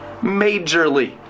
Majorly